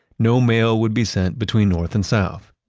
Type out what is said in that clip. no mail would be sent between north and south.